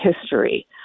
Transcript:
history